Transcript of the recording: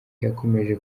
yakomeje